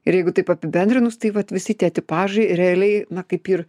ir jeigu taip apibendrinus tai vat visi tie tipažai realiai na kaip ir